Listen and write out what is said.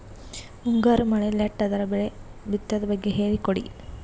ಮುಂಗಾರು ಮಳೆ ಲೇಟ್ ಅದರ ಬೆಳೆ ಬಿತದು ಬಗ್ಗೆ ಹೇಳಿ ಕೊಡಿ?